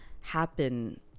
happen